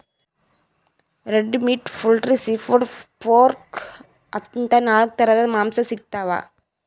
red meat, poultry, seafood, pork ಅಂತಾ ನಾಲ್ಕ್ ಥರದ್ ಮಾಂಸಾ ಸಿಗ್ತವ್